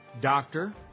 doctor